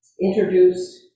introduced